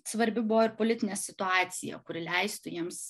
svarbi buvo ir politinė situacija kuri leistų jiems